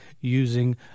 using